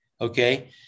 Okay